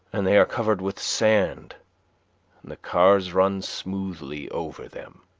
and they are covered with sand, and the cars run smoothly over them.